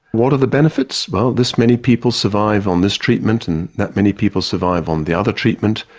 what are the benefits? well, this many people survive on this treatment and that many people survive on the other treatment.